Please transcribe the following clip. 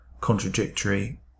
contradictory